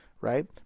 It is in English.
right